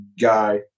guy